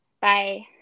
Bye